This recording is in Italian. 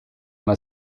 una